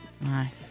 Nice